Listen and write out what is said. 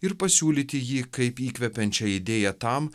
ir pasiūlyti jį kaip įkvepiančią idėją tam